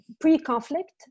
pre-conflict